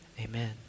Amen